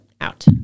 out